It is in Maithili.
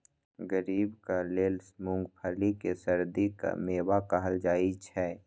गरीबक लेल मूंगफली कें सर्दीक मेवा कहल जाइ छै